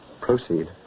Proceed